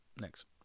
Next